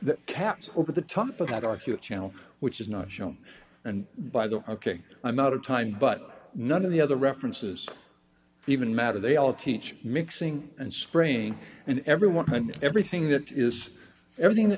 that caps over the top of that are cute you know which is not shown and by the ok i'm out of time but none of the other references even matter they all teach mixing and spraying and everyone and everything that is everything th